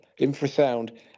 Infrasound